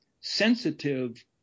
sensitive